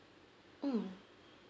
mm